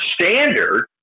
standard